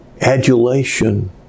adulation